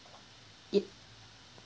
it